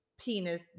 penis